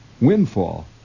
Windfall